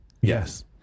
Yes